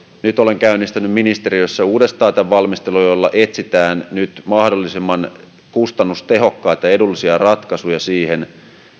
nyt olen käynnistänyt ministeriössä uudestaan tämän valmistelun jolla etsitään nyt mahdollisimman kustannustehokkaita ja edullisia ratkaisuja siihen